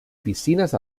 piscines